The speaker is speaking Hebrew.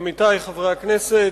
עמיתי חברי הכנסת,